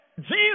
Jesus